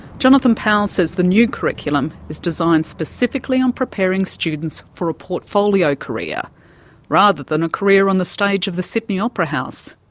jonathan powles says the new curriculum is designed specifically on preparing students for a portfolio career rather than a career on the stage of the sydney opera house.